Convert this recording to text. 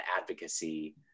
advocacy